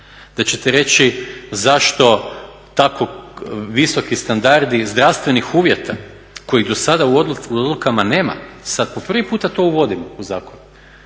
da ćete reći zašto tako visoki standardi i zdravstvenih uvjeta kojih do sada u odlukama nema. Sad po prvi puta to uvodimo u zakon.